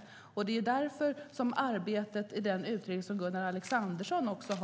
Detta ingår därför som en del i Gunnar Alexanderssons utredning,